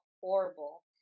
horrible